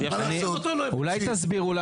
אולי תסבירו.